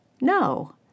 No